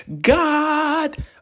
God